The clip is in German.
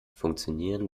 funktionieren